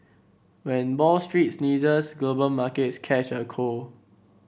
when Wall Street sneezes global markets catch a cold